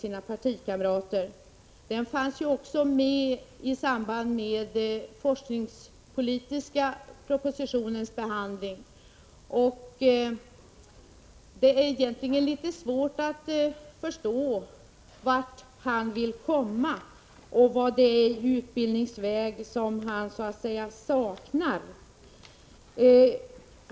Frågan om mellanexamen fanns också med när den forskningspolitiska propositionen behandlades. Det är svårt att förstå vart Birger Hagård egentligen vill komma, och vad det är i utbildningsväg som han saknar.